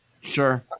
Sure